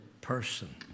person